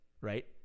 right